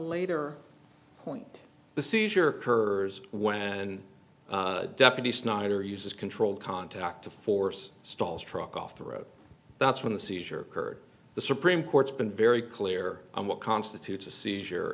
later point the seizure couriers when and deputy snyder uses controlled contact to force stalls truck off the road that's when the seizure occurred the supreme court's been very clear on what constitutes a seizure